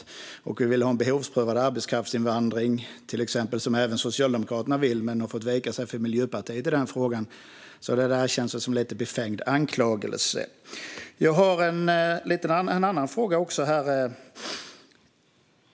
Vi vill också till exempel ha en behovsprövad arbetskraftsinvandring. Socialdemokraterna vill också det men har fått vika sig för Miljöpartiet i den frågan. Det där känns som en lite befängd anklagelse. Jag har en annan fråga också.